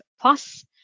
plus